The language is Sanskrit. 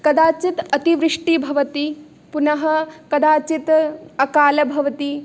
कदाचित् अतिवृष्टिः भवति पुनः कदाचित् अकालः भवति